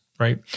right